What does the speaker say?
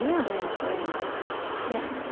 yeah say, in flames yep,